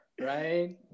right